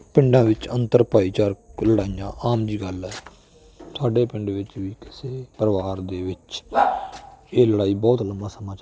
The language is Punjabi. ਪਿੰਡਾਂ ਵਿੱਚ ਅੰਤਰ ਭਾਈਚਾਰਕ ਲੜਾਈਆਂ ਆਮ ਜੀ ਗੱਲ ਹੈ ਸਾਡੇ ਪਿੰਡ ਵਿੱਚ ਵੀ ਕਿਸੇ ਪਰਿਵਾਰ ਦੇ ਵਿੱਚ ਇਹ ਲੜਾਈ ਬਹੁਤ ਲੰਮਾ ਸਮਾਂ ਚੱਲੀ